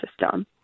system